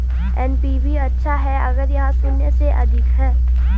NPV अच्छा है अगर यह शून्य से अधिक है